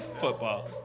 football